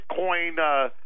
Bitcoin